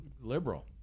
liberal